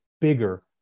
bigger